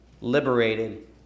liberated